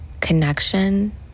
connection